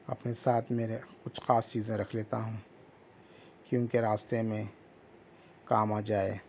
اپنے ساتھ میرے کچھ خاص چیزیں رکھ لیتا ہوں کیونکہ راستے میں کام آ جائے